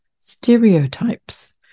stereotypes